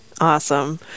Awesome